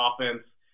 offense